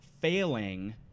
Failing